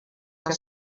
què